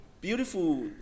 beautiful